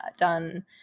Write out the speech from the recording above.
done